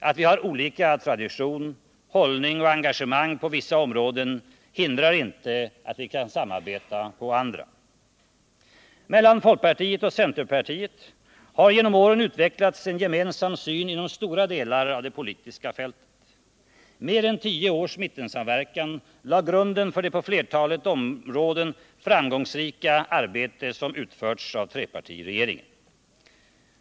Att vi har olika tradition, hållning och engagemang på vissa områden hindrar inte att vi kan samarbeta på andra. Mellan folkpartiet och centerpartiet har genom åren utvecklats en gemensam syn inom stora delar av det politiska fältet. Mer än tio års mittsamverkan lade grunden för det på flertalet områden framgångsrika arbete som utförts av trepartiregeringen.